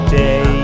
day